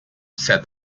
said